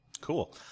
Cool